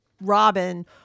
Robin